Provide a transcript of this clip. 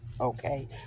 okay